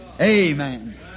Amen